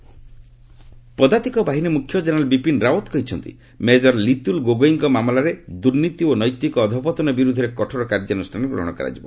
army chief ପଦାତିକ ବାହିନୀ ମୁଖ୍ୟ ଜେନେରାଲ୍ ବିପିନ୍ ରାଓଡ୍ କହିଛନ୍ତି ମେଜର ଲିତୁଲ୍ ଗୋଗୋଇଙ୍କ ମାମଲାରେ ଦୁର୍ନୀତି ଓ ନୈତିକ ଅଧୋପତନ ବିରୁଦ୍ଧରେ କଠୋର କାର୍ଯ୍ୟାନୁଷାନ ଗ୍ରହଣ କରାଯିବ